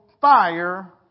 fire